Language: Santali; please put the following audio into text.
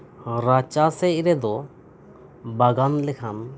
ᱨᱟᱪᱟᱥᱮᱫ ᱨᱮᱫᱚ ᱵᱟᱜᱟᱱ ᱞᱮᱠᱷᱟᱱ